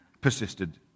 persisted